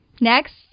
Next